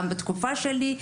גם בתקופה שלי,